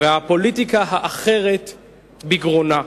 והפוליטיקה האחרת בגרונה.